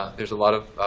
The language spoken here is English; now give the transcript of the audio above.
there's a lot of